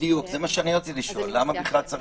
בדיוק, זה מה שאני רציתי לשאול, למה בכלל צריך?